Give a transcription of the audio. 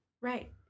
Right